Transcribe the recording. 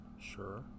Sure